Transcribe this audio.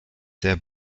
sehr